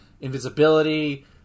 invisibility